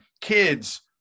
kids